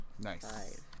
Nice